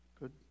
Good